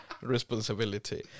responsibility